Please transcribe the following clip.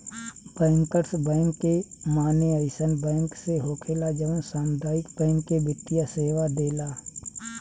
bankers bank के माने अइसन बैंक से होखेला जवन सामुदायिक बैंक के वित्तीय सेवा देला